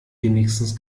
wenigstens